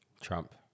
Trump